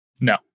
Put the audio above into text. No